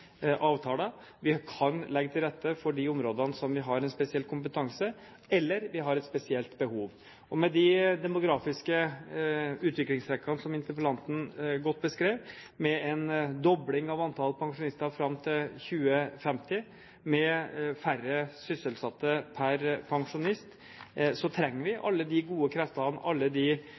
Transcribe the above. avtaler. Vi kan legge til rette for de områdene hvor vi har en spesiell kompetanse, eller vi har et spesielt behov. Med de demografiske utviklingstrekkene som interpellanten godt beskrev, med en dobling av antall pensjonister fram til 2050, med færre sysselsatte per pensjonist, trenger vi alle de gode kreftene, alle